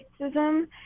racism